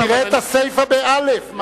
תראה את הסיפא בסעיף (א).